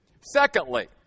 Secondly